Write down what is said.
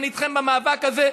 אני איתכם במאבק הזה.